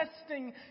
testing